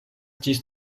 ĝis